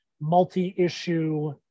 multi-issue